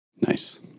Nice